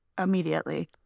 immediately